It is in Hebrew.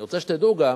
אני רוצה שתדעו גם